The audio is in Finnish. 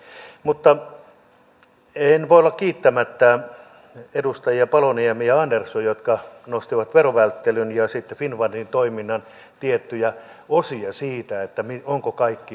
mutta en voi olla kiittämättä edustajia paloniemi ja andersson jotka nostivat verovälttelyn ja sitten finnfundin toiminnan tiettyjä osia siitä että onko kaikki niin kuin pitäisi